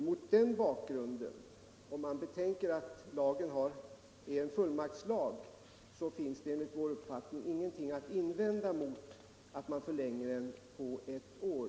Mot den bakgrunden finns det enligt vår mening ingenting att invända mot en förlängning på ett år.